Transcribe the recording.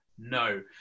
No